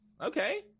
Okay